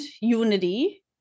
unity